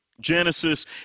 Genesis